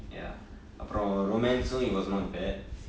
ya அப்பரொ:appro romance it was not bad